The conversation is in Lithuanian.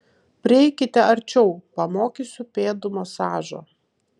prieikite arčiau pamokysiu pėdų masažo